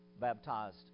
Baptized